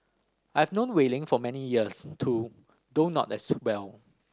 I have known Wei Ling for many years too though not as well